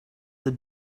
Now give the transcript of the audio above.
the